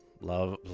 Love